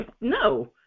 No